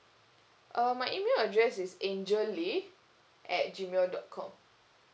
uh my email address is angel lee at gmail dot com